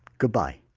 goodbye